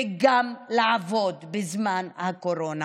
וגם לעבוד בזמן הקורונה.